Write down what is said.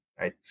right